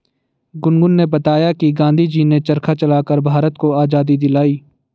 गुनगुन ने बताया कि गांधी जी ने चरखा चलाकर भारत को आजादी दिलाई